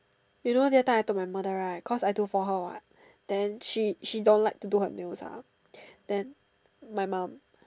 you know that time I told my mother right cause I do for her what then she she don't like to do her nails ah then my mom